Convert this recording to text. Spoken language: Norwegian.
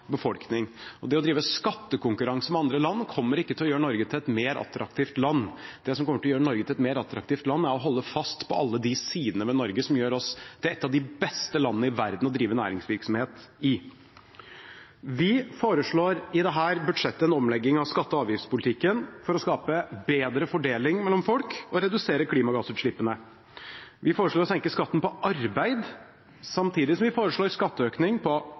befolkning. Det å drive skattekonkurranse med andre land kommer ikke til å gjøre Norge til et mer attraktivt land. Det som kommer til å gjøre Norge til et mer attraktivt land, er å holde fast på alle de sidene ved Norge som gjør oss til et av de beste landene i verden å drive næringsvirksomhet i. Vi foreslår i dette budsjettet en omlegging av skatte- og avgiftspolitikken for å skape bedre fordeling mellom folk og å redusere klimagassutslippene. Vi foreslår å senke skatten på arbeid, samtidig som vi foreslår skatteøkning på